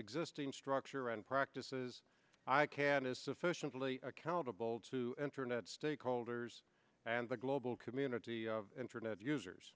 existing structure and practices i can is sufficiently accountable to internet stakeholders and the global community of internet users